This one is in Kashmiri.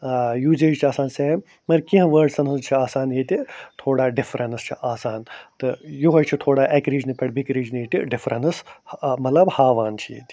یوٗزیج چھِ آسان سیم مگر کیٚنٛہہ وٲڈٕسن ہٕنٛز چھِ آسان ییٚتہِ تھوڑا ڈِفرنٕس چھِ آسان تہٕ یِہوٚے چھُ تھوڑا اَکہِ رِجنہٕ پٮ۪ٹھ بیٚکہِ رِجنہٕ تہِ ڈِفرنٕس مطلب ہاوان چھِ ییٚتہِ یہِ